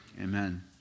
Amen